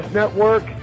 network